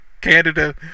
Canada